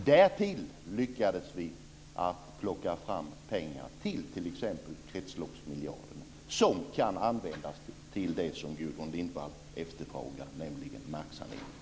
Därtill lyckades vi att plocka fram pengar till t.ex. kretsloppsmiljarderna, som kan användas till det som Gudrun Lindvall efterfrågar, nämligen marksanering.